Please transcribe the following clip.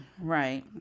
Right